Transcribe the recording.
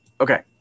Okay